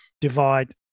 divide